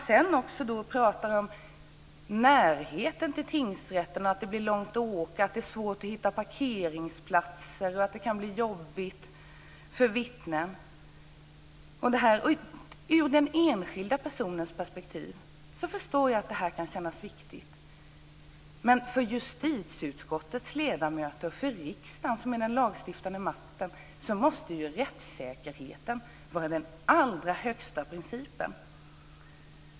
Sedan pratar man om närheten till tingsrätten, om att det blir långt att åka, om att det är svårt att hitta parkeringsplatser och om att det kan bli jobbigt för vittnen. Från den enskilda personens perspektiv förstår jag att detta kan kännas viktigt men för justitieutskottets ledamöter och för riksdagen som den lagstiftande makten måste rättssäkerheten vara den allra högsta principen.